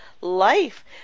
life